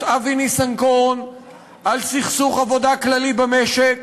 אבי ניסנקורן על סכסוך עבודה כללי במשק